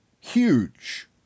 Huge